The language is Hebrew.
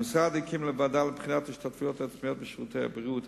המשרד הקים ועדה לבחינת ההשתתפויות העצמיות בשירותי הבריאות.